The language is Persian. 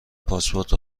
پاسپورت